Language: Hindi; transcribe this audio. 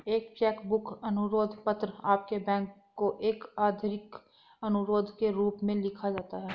एक चेक बुक अनुरोध पत्र आपके बैंक को एक आधिकारिक अनुरोध के रूप में लिखा जाता है